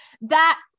That-